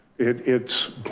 it it's,